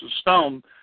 stone